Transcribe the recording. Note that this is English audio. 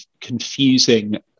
confusing